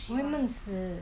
我会闷死